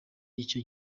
icyo